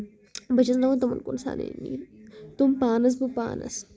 بہٕ چھَس نہٕ وۄنۍ تِمن کُن سنٲنی تِم پانَس بہٕ پانَس